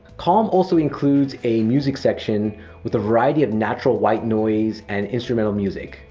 calm also includes a music section with a variety of natural white noise and instrumental music.